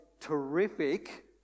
terrific